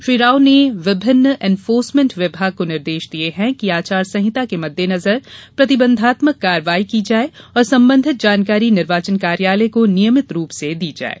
श्री राव ने विभिन्न एनफोर्समेंट विभाग को निर्देश दिये कि आचार संहिता के मद्देनजर प्रतिबंधात्मक कार्यवाही की जाये और संबंधित जानकारी निर्वाचन कार्यालय को नियमित रूप से दी जाये